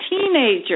teenager